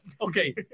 Okay